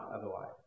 otherwise